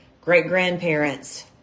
great-grandparents